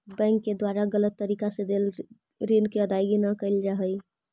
bank के द्वारा गलत तरीका से देल ऋण के अदायगी न कैल जा हइ